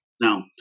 Now